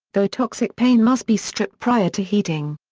though toxic paint must be stripped prior to heating.